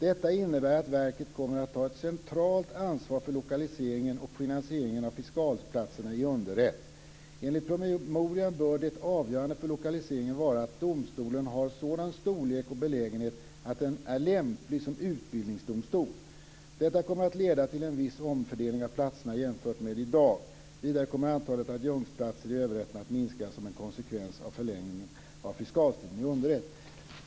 Detta innebär att verket kommer att ta ett centralt ansvar för lokaliseringen och finansieringen av fiskalsplatserna i underrätt. Enligt promemorian bör det avgörande för lokaliseringen vara att domstolen har sådan storlek och belägenhet att den är lämplig som utbildningsdomstol. Detta kommer att leda till en viss omfördelning av platserna jämfört med i dag. Vidare kommer antalet adjunktionsplatser i överrätterna att minska som en konsekvens av förlängningen av fiskalstiden i underrätt."